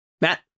Matt